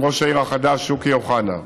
עם ראש העיר החדש שוקי אוחנה.